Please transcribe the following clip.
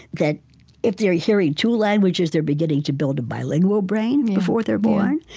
that if they are hearing two languages, they are beginning to build a bilingual brain before they are born.